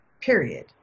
period